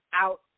out